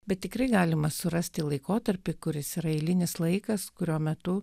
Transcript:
bet tikrai galima surasti laikotarpį kuris yra eilinis laikas kurio metu